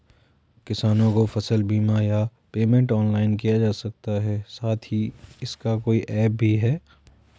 किसानों को फसल बीमा या पेमेंट ऑनलाइन किया जा सकता है साथ ही इसका कोई ऐप भी है?